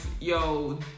yo